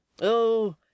Oh